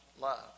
love